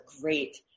great